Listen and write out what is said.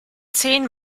zehn